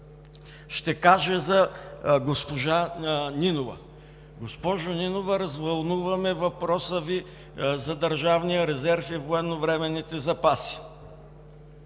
Ще кажа за госпожа Нинова: госпожо Нинова, развълнува ме въпросът Ви за държавния резерв и военновременните запаси,